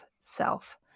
self